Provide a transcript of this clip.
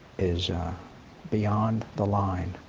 is beyond the line.